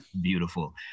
Beautiful